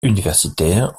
universitaires